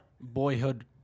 boyhood